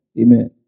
Amen